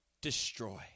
destroy